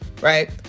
right